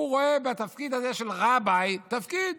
הוא רואה בתפקיד הזה של רביי תפקיד.